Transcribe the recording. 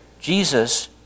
Jesus